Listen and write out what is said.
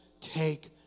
take